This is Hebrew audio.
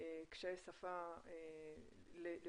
קשיי שפה לדיונים